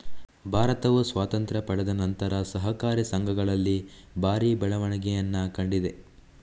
ಭಾರತವು ಸ್ವಾತಂತ್ರ್ಯ ಪಡೆದ ನಂತರ ಸಹಕಾರಿ ಸಂಘಗಳಲ್ಲಿ ಭಾರಿ ಬೆಳವಣಿಗೆಯನ್ನ ಕಂಡಿದೆ